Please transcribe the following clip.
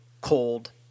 cold